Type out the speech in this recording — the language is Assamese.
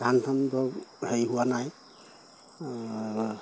ধান হেৰি হোৱা নাই